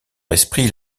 esprit